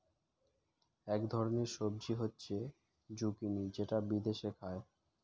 এক ধরনের সবজি হচ্ছে জুকিনি যেটা বিদেশে খায়